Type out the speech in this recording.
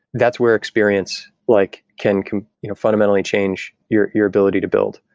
that's where experience like can can you know fundamentally change your your ability to build.